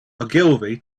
ogilvy